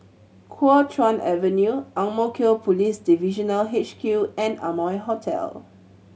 Kuo Chuan Avenue Ang Mo Kio Police Divisional H Q and Amoy Hotel